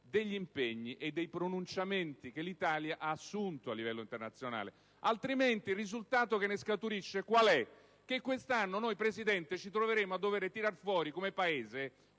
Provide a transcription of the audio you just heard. degli impegni e dei pronunciamenti che l'Italia ha assunto a livello internazionale. Altrimenti il risultato che ne scaturisce quale sarà? Quest'anno, Presidente, ci troveremo a dover tirar fuori come Paese